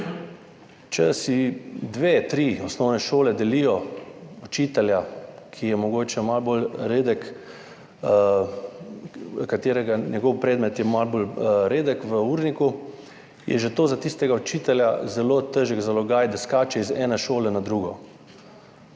če si dve, tri osnovne šole delijo učitelja, katerega predmet je malo bolj redek v urniku, je že to za tistega učitelja zelo težek zalogaj, da skače iz ene šole na drugo.